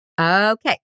Okay